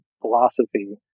philosophy